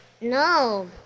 No